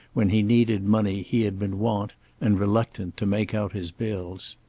when he needed money, he had been wont and reluctant to make out his bills.